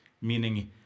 Meaning